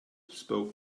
spoke